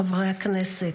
חברי הכנסת,